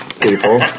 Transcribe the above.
people